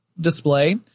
display